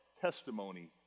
testimony